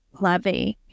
loving